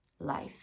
life